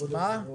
כבוד היושב-ראש.